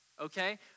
Okay